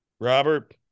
Robert